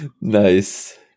Nice